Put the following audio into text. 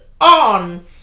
on